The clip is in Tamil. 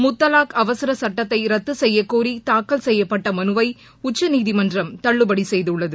முத்தலாக் அவசர சுட்டத்தை ரத்து செய்யக் கோரி தாக்கல் செய்யப்பட்ட மனுவை உச்சநீதிமன்றம் தள்ளுபடி செய்துள்ளது